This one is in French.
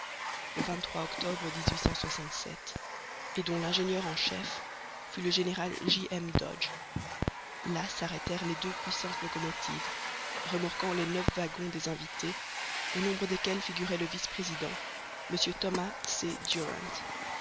le octobre et dont l'ingénieur en chef fut le général j m dodge là s'arrêtèrent les deux puissantes locomotives remorquant les neuf wagons des invités au nombre desquels figurait le vice-président mr thomas c durant